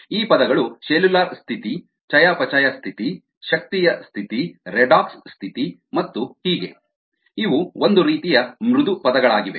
ಈ ಪದಗಳು ಸೆಲ್ಯುಲಾರ್ ಸ್ಥಿತಿ ಚಯಾಪಚಯ ಸ್ಥಿತಿ ಶಕ್ತಿಯ ಸ್ಥಿತಿ ರೆಡಾಕ್ಸ್ ಸ್ಥಿತಿ ಮತ್ತು ಹೀಗೆ ಇವು ಒಂದು ರೀತಿಯ ಮೃದು ಪದಗಳಾಗಿವೆ